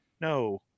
No